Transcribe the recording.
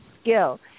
skill